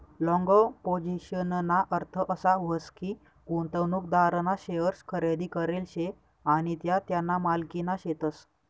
long पोझिशनना अर्थ असा व्हस की, गुंतवणूकदारना शेअर्स खरेदी करेल शे आणि त्या त्याना मालकीना शेतस